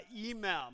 email